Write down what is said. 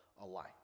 alike